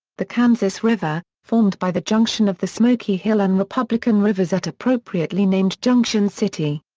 the kansas river, formed by the junction of the smoky hill and republican rivers at appropriately-named junction city.